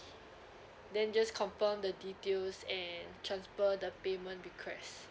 then just confirm the details and transfer the payment request